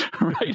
right